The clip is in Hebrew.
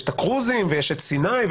יש את הקרוזים ויש את סיני,